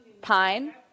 Pine